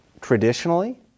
Traditionally